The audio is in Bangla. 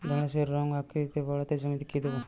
ঢেঁড়সের রং ও আকৃতিতে বাড়াতে জমিতে কি দেবো?